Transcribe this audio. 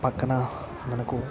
పక్కన మనకు